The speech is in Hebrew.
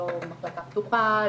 לא מחלקה פתוחה,